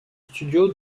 studios